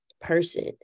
person